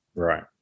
Right